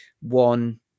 one